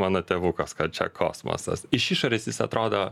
mano tėvukas kad čia kosmosas iš išorės jis atrodo